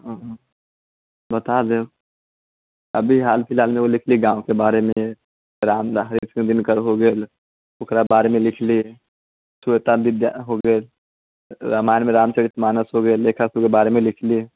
ओऽ बता देब अभी हाल फिलहालमे एगो लिखली गाँवके बारेमे रामधारी सिंह दिनकर हो गेल ओकरा बारेमे लिखली श्वेता विद्या हो गेल रामायणमे राम चरित मानस हो गेल एकरा सभकेँ बारेमे लिखली